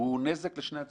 הוא נזק לשני הצדדים.